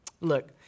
Look